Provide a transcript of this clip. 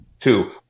Two